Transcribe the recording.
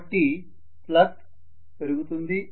కాబట్టి ఫ్లక్స్ పెరుగుతుంది